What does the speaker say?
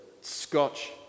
scotch